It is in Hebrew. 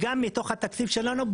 אז גם מתוך התקציב שלנו,